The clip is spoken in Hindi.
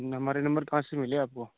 हमारा नम्बर कहाँ से मिला आपको